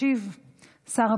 הצעות לסדר-היום מס' 1906,